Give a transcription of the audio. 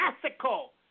classical